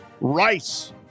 Rice